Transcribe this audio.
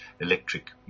electric